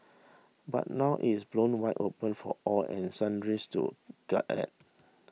but now it is blown wide open for all and sundries to gawk at